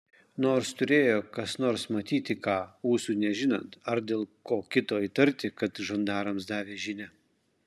nors turėjo kas nors matyti ką ūsui nežinant ar dėl ko kito įtarti kad žandarams davė žinią